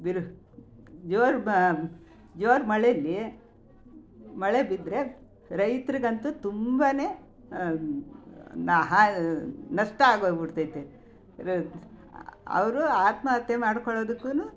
ಬಿರು ಜೋರು ಜೋರು ಮಳೇಲಿ ಮಳೆ ಬಿದ್ದರೆ ರೈತ್ರಿಗಂತೂ ತುಂಬ ಹಾ ನಷ್ಟ ಆಗಿ ಹೋಗ್ಬಿಡ್ತದೆ ಅವರು ಆತ್ಮಹತ್ಯೆ ಮಾಡ್ಕೊಳೊದಕ್ಕೂ